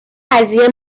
قضیه